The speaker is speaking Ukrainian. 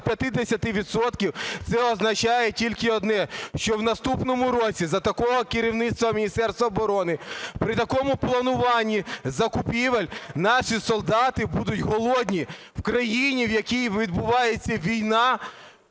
це означає тільки одне: що в наступному році за такого керівництва Міністерства оборони, при такому плануванні закупівель наші солдати будуть голодні. В країні, в якій відбувається війна,